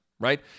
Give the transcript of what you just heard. Right